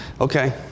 Okay